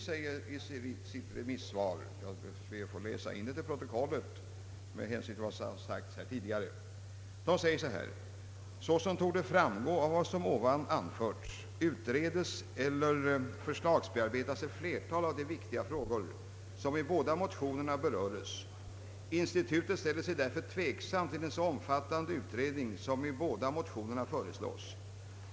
Jag skall be att få läsa in det till protokollet med hänsyn till vad som sagts här tidigare: »Såsom torde framgå av vad som ovan anförts, utredes eller förslagsbearbetas ett flertal av de viktiga frågor, som i båda motionerna beröres. Institutet ställer sig därför tveksamt till en så omfattande utredning, som i båda motionerna föreslås.